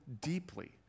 deeply